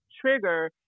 trigger